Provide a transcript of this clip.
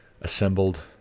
assembled